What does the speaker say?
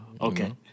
Okay